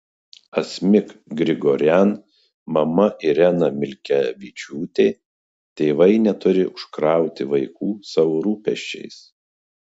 asmik grigorian mama irena milkevičiūtė tėvai neturi užkrauti vaikų savo rūpesčiais